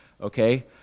okay